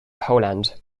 poland